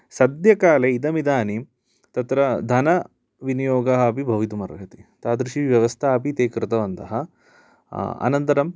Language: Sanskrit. सद्य काले इदमिदानीं तत्र धनविनियोगः अपि भवितुमर्हति तादृशी व्यवस्था अपि ते कृतवन्तः अनन्तरं